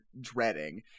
dreading